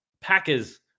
Packers